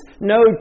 no